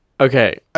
Okay